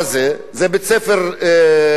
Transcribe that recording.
זה בית-ספר יסודי.